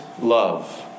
love